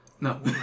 no